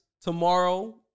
tomorrow